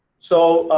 so